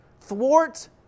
Thwart